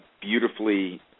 beautifully